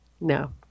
No